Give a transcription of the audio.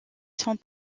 sont